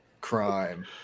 crime